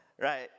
right